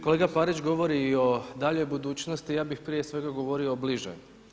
Kolega Parić govori o daljoj budućnosti, ja bih prije svega govorio o bližoj.